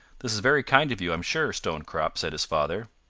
this is very kind of you, i'm sure, stonecrop, said his father.